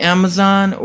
Amazon